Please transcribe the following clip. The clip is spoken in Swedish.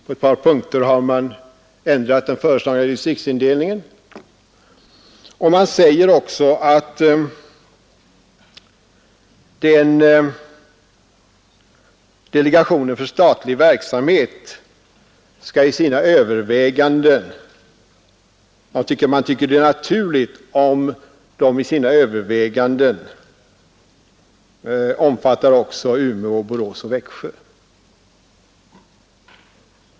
På ett par punkter har man ändrat den föreslagna distriktsindelningen, och man finner det naturligt att övervägandena inom delegationen för statlig verksamhet skall omfatta också Umeå, Borås och Växjö.